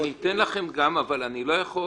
אני אתן לכם גם, אבל אני לא יכול